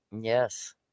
Yes